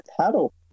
paddle